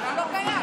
זה לא קיים.